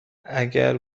اگر